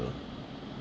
uh